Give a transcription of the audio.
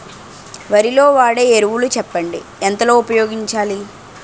వరిలో వాడే ఎరువులు చెప్పండి? ఎంత లో ఉపయోగించాలీ?